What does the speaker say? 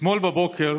אתמול בבוקר